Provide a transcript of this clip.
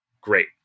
Great